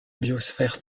biosphère